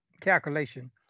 calculation